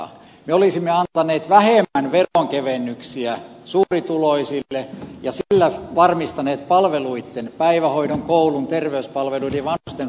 me olisimme antaneet vähemmän veronkevennyksiä suurituloisille ja sillä varmistaneet palveluitten päivähoidon koulun terveyspalveluiden ja vanhustenhuollon rahoituksen